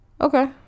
Okay